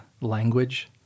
language